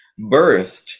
birthed